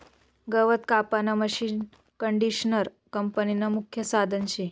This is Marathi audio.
गवत कापानं मशीनकंडिशनर कापनीनं मुख्य साधन शे